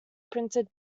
printed